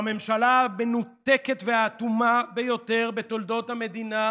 בממשלה המנותקת והאטומה ביותר בתולדות המדינה